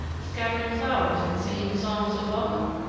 scattering flowers and singing songs of welcome.